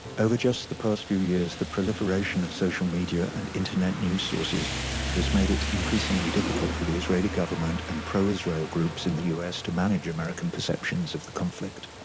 over just the past few years, the proliferation of social media and internet news sources has made it increasingly difficult for the israeli government and pro-israel groups in the us to manage american perceptions of the conflict.